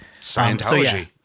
Scientology